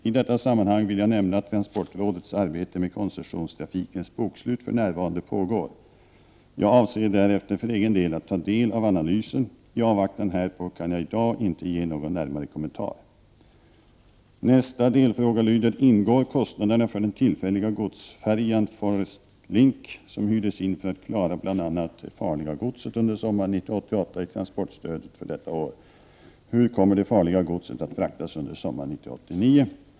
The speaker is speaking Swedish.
I detta sammanhang vill jag nämna att transportrådets arbete med koncessionstrafikens bokslut för närvarande pågår. Jag avser därefter för egen del att ta del av analysen. I avvaktan härpå kan jag i dag inte ge någon närmare kommentar. Nästa delfråga lyder: Ingår kostnaderna för den tillfälliga godsfärjan Forest Link, som hyrdes in för att klara bl.a. det farliga godset under sommaren 1988, i transportstödet för detta år? Hur kommer det farliga godset att fraktas under sommaren 1989?